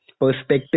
perspective